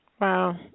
Wow